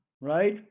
right